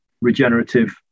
regenerative